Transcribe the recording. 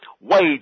Wage